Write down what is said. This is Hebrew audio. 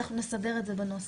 נסדר את זה בנוסח.